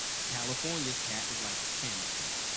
california's cap is like ten, i think,